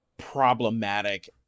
Problematic